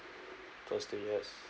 towards the years